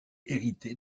hérité